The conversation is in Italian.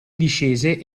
discese